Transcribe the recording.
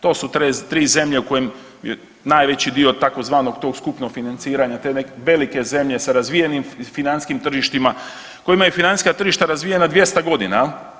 To su 3 zemlje u kojim najveći dio tzv. tog skupnog financiranja te neke velike zemlje sa razvijenim financijskim tržištima koji imaju financijska tržišta razvijena 200 godina.